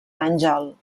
àngel